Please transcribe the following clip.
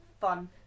fun